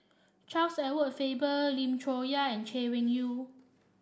Charles Edward Faber Lim Chong Yah and Chay Weng Yew